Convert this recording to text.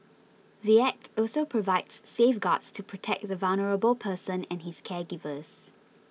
the Act also provides safeguards to protect the vulnerable person and his caregivers